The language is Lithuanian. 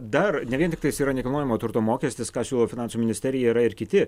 dar ne vien tiktais yra nekilnojamojo turto mokestis ką siūlo finansų ministerija yra ir kiti